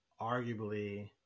arguably